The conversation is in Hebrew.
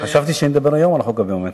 חשבתי שנדבר היום על החוק הביומטרי.